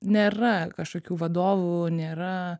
nėra kažkokių vadovų nėra